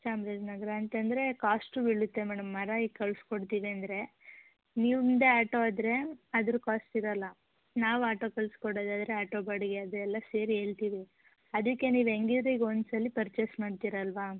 ಚಾಮ್ರಾಜನಗ್ರ ಅಂತಂದರೆ ಕಾಸ್ಟು ಬೀಳುತ್ತೆ ಮೇಡಂ ಮರ ಈಗ ಕಳ್ಸ್ಕೊಡ್ತೀವಿ ಅಂದರೆ ನಿಮ್ಮದೇ ಆಟೋ ಆದರೆ ಅದ್ರ ಕಾಸ್ಟ್ ಇರೋಲ್ಲ ನಾವು ಆಟೋ ಕಳ್ಸ್ಕೊಡೋದಾದ್ರೆ ಆಟೋ ಬಾಡಿಗೆ ಅದು ಎಲ್ಲ ಸೇರಿ ಹೇಳ್ತಿದೀವ್ ಅದಕ್ಕೆ ನೀವು ಹೆಂಗಿದ್ರು ಈಗ ಒಂದು ಸಲ ಪೆರ್ಚೆಸ್ ಮಾಡ್ತೀರ ಅಲ್ಲವಾ